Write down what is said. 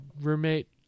roommate